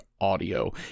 audio